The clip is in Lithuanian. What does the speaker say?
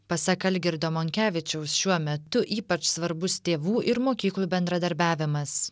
pasak algirdo monkevičiaus šiuo metu ypač svarbus tėvų ir mokyklų bendradarbiavimas